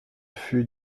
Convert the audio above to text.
fut